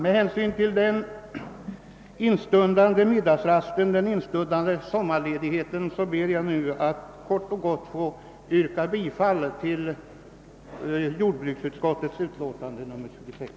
Med hänsyn till den instundande middagsrasten och den instundande sommarledigheten skall jag inskränka mig till dessa ord och ber att få yrka bifall till jordbruksutskottets hemställan.